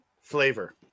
flavor